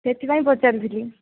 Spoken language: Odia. ସେଥିପାଇଁ ପଚାରୁଥିଲି